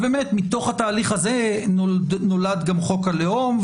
מתוך התהליך הזה נולד גם חוק הלאום.